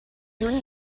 dream